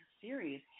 series